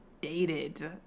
dated